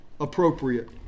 appropriate